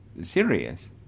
Serious